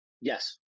Yes